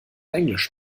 englisch